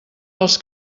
dels